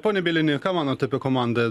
pone bielini ką manot apie komandą